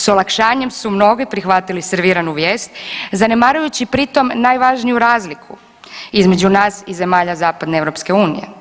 S olakšanjem su mnogi prihvatili serviranu vijest zanemarujući pritom najvažniju razliku između nas i zemalja zapadne EU.